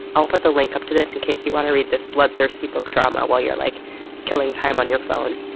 i'll put the link up to this in case you wanna read this bloodthirsty book drama while you're like killing time on your phone,